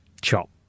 Chop